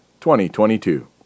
2022